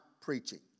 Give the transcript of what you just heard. preaching